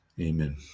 amen